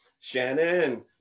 Shannon